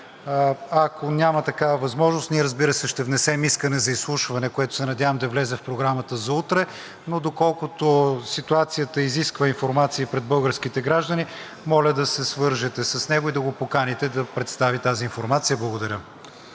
Ако няма такава възможност, ние, разбира се, ще внесем искане за изслушване, което се надявам да влезе в програмата за утре, но доколкото ситуацията изисква информация пред българските граждани, моля да се свържете с него и да го поканите да представи тази информация. Благодаря.